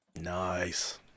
Nice